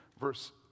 verse